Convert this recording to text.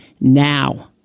now